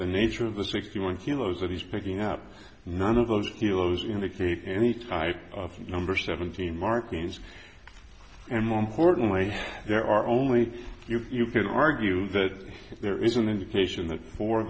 the nature of the sixty one kilos that he's picking up none of those kilos indicate any type of number seventeen markings and more importantly there are only you can argue that there is an indication that fo